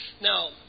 Now